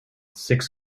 six